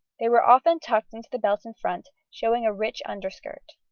they were often tucked into the belt in front, showing a rich underskirt.